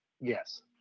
Yes